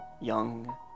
young